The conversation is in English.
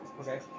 okay